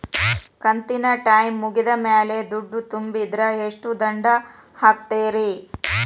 ಕಂತಿನ ಟೈಮ್ ಮುಗಿದ ಮ್ಯಾಲ್ ದುಡ್ಡು ತುಂಬಿದ್ರ, ಎಷ್ಟ ದಂಡ ಹಾಕ್ತೇರಿ?